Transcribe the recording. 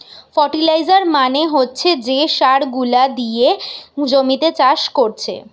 fertiliser মানে হচ্ছে যে সার গুলা দিয়ে জমিতে চাষ কোরছে